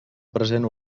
present